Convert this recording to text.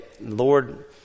Lord